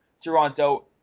Toronto